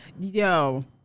Yo